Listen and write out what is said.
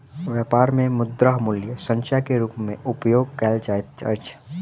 व्यापार मे मुद्रा मूल्य संचय के रूप मे उपयोग कयल जाइत अछि